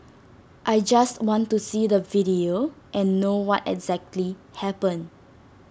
I just want to see the video and know what exactly happened